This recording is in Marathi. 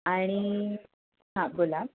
आणि हां बोला